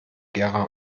gera